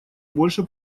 больше